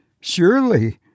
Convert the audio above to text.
SURELY